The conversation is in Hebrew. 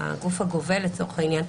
הגוף הגובה לצורך העניין,